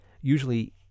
Usually